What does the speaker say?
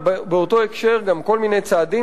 ובאותו הקשר היא תיארה גם כל מיני צעדים